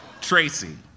Tracy